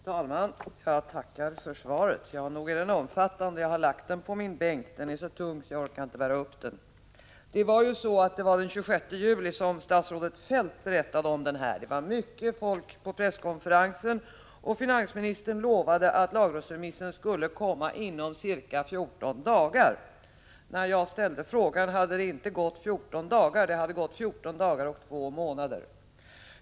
Herr talman! Jag tackar för svaret. Ja, nog är remissen omfattande — jag har lagt den på min bänk, den är så tung att jag inte orkar bära upp den hit till talarstolen. Den 26 juli berättade statsrådet Feldt om denna lagrådsremiss. Det var mycket folk på presskonferensen, och finansministern lovade att lagrådsremissen skulle komma inom ca 14 dagar. När jag ställde frågan hade det inte gått 14 dagar, det hade gått 14 dagar och två månader.